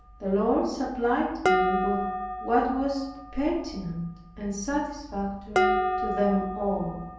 the lord supplied me with what was pertinent and satisfactory to them all,